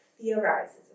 theorizes